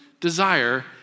desire